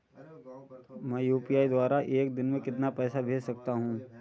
मैं यू.पी.आई द्वारा एक दिन में कितना पैसा भेज सकता हूँ?